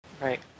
Right